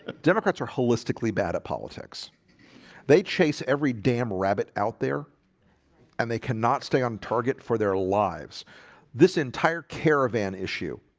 democrats are wholistically bad at politics they chase every damn rabbit out there and they cannot stay on target for their lives this entire caravan issue